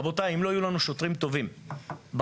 רבותי, אם לא יהיו לנו שוטרים טובים בקצה,